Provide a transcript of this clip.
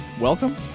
welcome